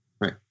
Right